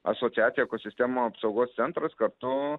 asociacija ekosistemų apsaugos centras kartu